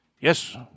Yes